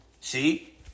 See